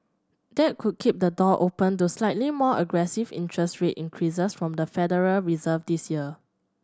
that could keep the door open to slightly more aggressive interest rate increases from the Federal Reserve this year